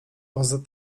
poza